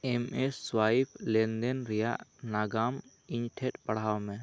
ᱮᱢ S ᱥᱳᱣᱟᱭᱤᱯ ᱞᱮᱱᱫᱮᱱ ᱨᱮᱭᱟᱜ ᱱᱟᱜᱟᱢ ᱤᱧᱴᱷᱮᱡ ᱯᱟᱲᱦᱟᱣ ᱢᱮ